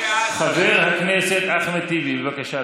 חבר הכנסת אחמד טיבי, בבקשה.